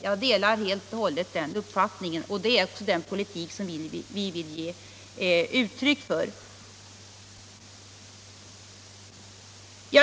Jag delar helt och hållet den uppfattningen, och det är alltså den politiken som vi vill ge uttryck för.